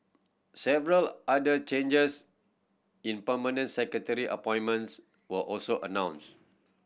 several other changes in permanent secretary appointments were also announced